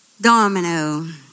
Domino